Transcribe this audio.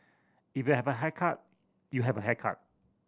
if you have a haircut you have a haircut